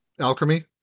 alchemy